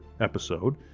episode